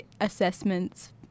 assessments